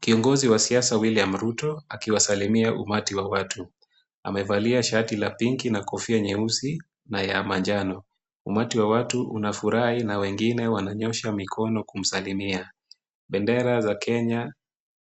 Kiongozi wa siasa William Ruto akiwasalimia umati wa watu. Amevalia shati la pinki na kofia nyeusi na ya manjano. Umati wa watu unafurahi na wengine wananyosha mikono kumsalimia. Bendera za Kenya